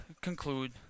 conclude